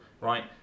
right